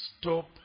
stop